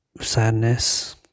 sadness